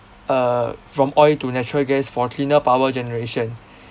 err from oil to natural gas for cleaner power generation